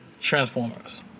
Transformers